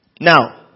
Now